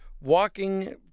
walking